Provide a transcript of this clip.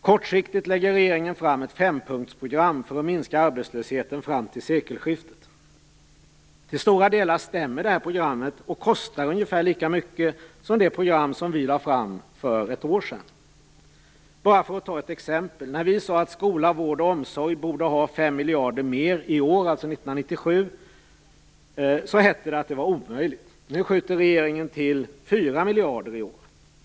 Kortsiktigt lägger regeringen fram ett fempunktsprogram för att minska arbetslösheten fram till sekelskiftet. Till stora delar stämmer detta program och kostar ungefär lika mycket som det program som vi lade fram för ett år sedan. Jag skall ge ett exempel. När vi sade att skola, vård och omsorg borde ha 5 miljarder mer i år, alltså 1997, sade man att det var omöjligt. Nu skjuter regeringen till 4 miljarder i år.